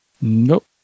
Nope